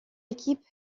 équipe